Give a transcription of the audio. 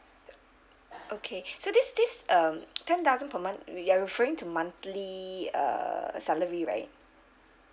okay so this this um ten thousand per month you're referring to monthly uh salary right